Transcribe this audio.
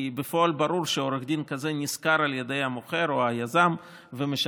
כי בפועל ברור שעורך דין כזה נשכר על ידי המוכר או היזם ומשרת